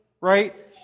right